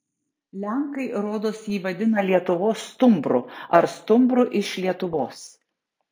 lenkai rodos jį vadina lietuvos stumbru ar stumbru iš lietuvos